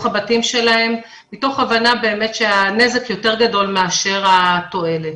הבתים שלהם מתוך הבנה באמת שהנזק יותר גדול מאשר התועלת.